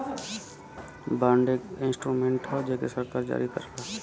bond एक instrument हौ जेके सरकार जारी करला